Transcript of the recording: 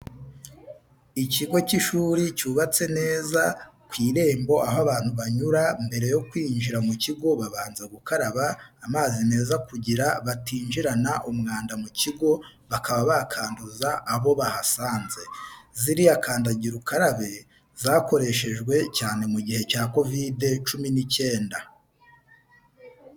Ikigo cy'ishuri cyubatse neza, ku irembo aho abantu banyura mbere yo kwinjira mu kigo babanza gukaraba amazi meza kugira batinjirana umwanda mu kigo bakaba bakanduza abo bahasanze. Ziriya kandagira ukarabe zakoreshejwe cyane mu gihe cya kovide cumi n'ikenda.